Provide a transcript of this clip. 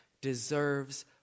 deserves